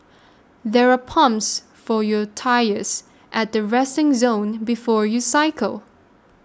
there are pumps for your tyres at the resting zone before you cycle